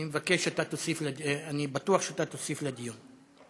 אני בטוח שאתה תוסיף לדיון.